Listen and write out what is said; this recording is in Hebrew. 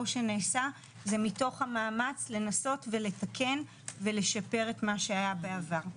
שנעשה זה מתוך המאמץ לנסות ולתקן ולשפר את מה שהיה בעבר.